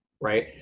right